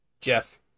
Jeff